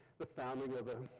the founding of ah